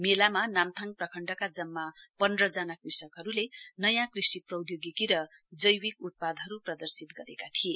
मेलामा नाम्थाङ प्रखण्डमा जम्मा पन्ध् जना कृषकहरूले नयाँ कृषि प्रौद्योगिकी र जैविक उत्पादहरू प्रदर्शित गरेका थिए